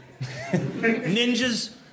Ninjas